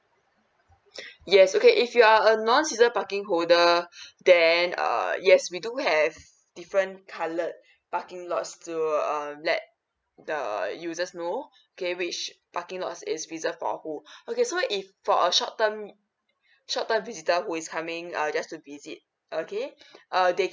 yes okay if you are a non season parking holder then err yes we do have different coloured parking lots to err let the users know okay which parking lots is reserved for who okay so if for a short term short term visitor who is coming err just to visit okay uh they